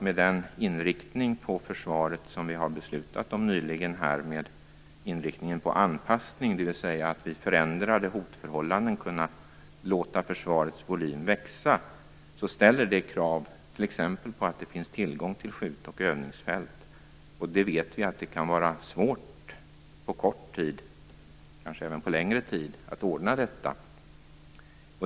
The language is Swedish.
Med den inriktning på försvaret som vi här nyligen beslutat om vad gäller anpassningen - det handlar alltså om att vid förändrade hotförhållanden kunna låta försvarets volym växa - ställer krav t.ex. på att det finns tillgång till skjut och övningsfält. Vi vet att det kan vara svårt att på kort tid, och kanske även på en längre tid, ordna detta.